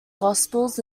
gospels